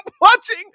watching